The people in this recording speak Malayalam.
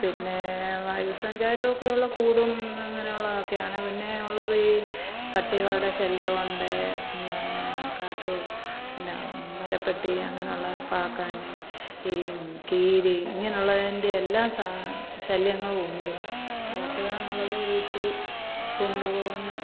പിന്നെ വായു സഞ്ചാരമൊക്കെ ഉള്ള കൂടും അങ്ങനുള്ളതൊക്കെയാണ് പിന്നെ ഉള്ളത് ഈ പട്ടികളുടെ ശല്യമുണ്ട് കാട്ട് പിന്നെ മരപ്പട്ടി അങ്ങനുള്ള പാക്കാനെ ഈ കീരി ഇങ്ങനുള്ളതിൻ്റെ എല്ലാം സാ ശല്യങ്ങളുമുണ്ട് വളർത്തുകാന്നുള്ളത് ഒര് ഇച്ചിരി കൊണ്ട് പോവുന്ന